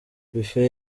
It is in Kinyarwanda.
buffett